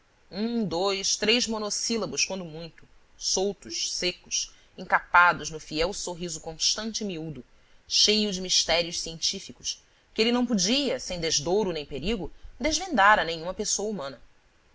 um dois três monossílabos quando muito soltos secos encapados no fiel sorriso constante e miúdo cheio de mistérios científicos que ele não podia sem desdouro nem perigo desvendar a nenhuma pessoa humana